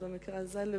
במקרה הזה השרה המקשרת,